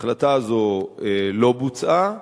ההחלטה הזאת לא בוצעה,